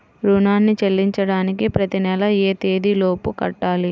రుణాన్ని చెల్లించడానికి ప్రతి నెల ఏ తేదీ లోపు కట్టాలి?